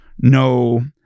no